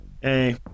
Hey